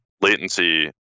latency